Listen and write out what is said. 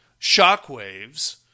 shockwaves